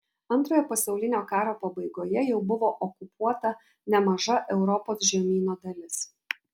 antrojo pasaulinio karo pabaigoje jau buvo okupuota nemaža europos žemyno dalis